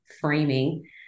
framing